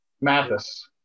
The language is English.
Mathis